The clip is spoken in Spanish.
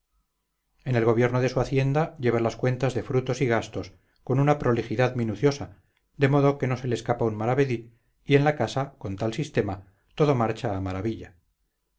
en el gobierno de su hacienda lleva las cuentas de frutos y gastos con una prolijidad minuciosa de modo que no se le escapa un maravedí y en la casa con tal sistema todo marcha a maravilla